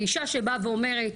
אישה שבאה ואומרת,